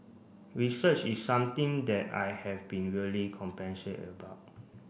research is something that I have been really about